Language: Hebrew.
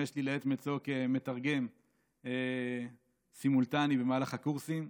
לי לעת מצוא כמתרגם סימולטני במהלך הקורסים.